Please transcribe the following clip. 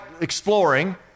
exploring